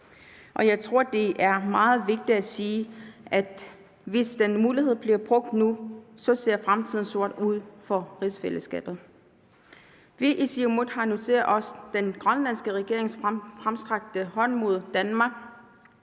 jeg tror, at det er meget vigtigt at sige, at hvis den mulighed bliver brugt nu, ser fremtiden sort ud for rigsfællesskabet. Vi i Siumut har noteret os den grønlandske regerings fremstrakte hånd mod Danmark.